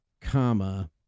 comma